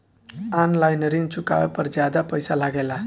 आन line ऋण चुकावे पर ज्यादा पईसा लगेला?